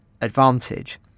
advantage